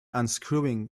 unscrewing